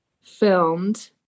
filmed